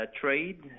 trade